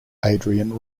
adrian